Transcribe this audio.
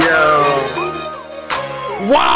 Wow